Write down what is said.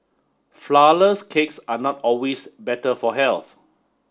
Flourless cakes are not always better for health